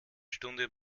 stunde